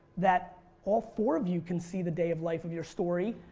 that all four of you can see the day of life of your story,